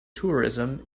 tourism